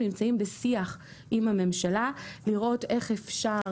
נמצאים בשיח עם הממשלה כדי לראות איך אפשר